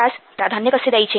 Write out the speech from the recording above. यास प्राधान्य कसे द्यायचे